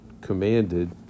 commanded